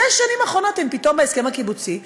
ובשש השנים האחרונות הן פתאום בהסכם הקיבוצי.